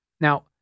Now